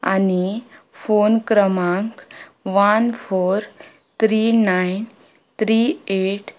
आनी फोन क्रमांक one four three nine three eight